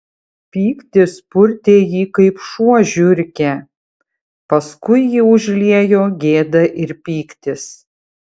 pyktis purtė jį kaip šuo žiurkę paskui jį užliejo gėda ir pyktis